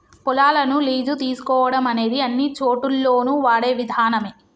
పొలాలను లీజు తీసుకోవడం అనేది అన్నిచోటుల్లోను వాడే విధానమే